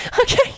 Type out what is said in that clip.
Okay